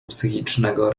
psychicznego